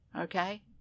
okay